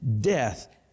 death